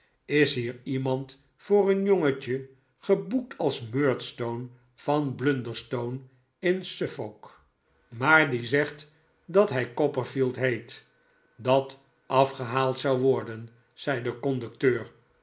is hier iemand voor een jongetje geboekt als murdstone van blunderstone in suffolk maar die zegt dat hij copperfield heet dat afgehaald zou worden zei de conducteur